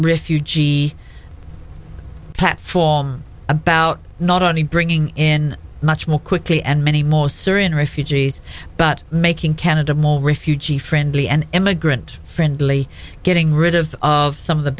refute g platform about not only bringing in much more quickly and many more syrian refugees but making canada more refugees friendly and immigrant friendly getting rid of some of the